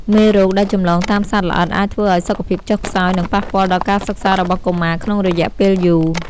មេរោគដែលចម្លងតាមសត្វល្អិតអាចធ្វើឱ្យសុខភាពចុះខ្សោយ និងប៉ះពាល់ដល់ការសិក្សារបស់កុមារក្នុងរយៈពេលយូរ។